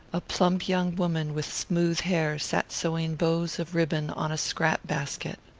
a plump young woman with smooth hair sat sewing bows of ribbon on a scrap basket.